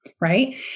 right